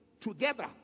together